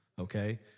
okay